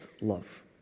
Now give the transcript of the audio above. love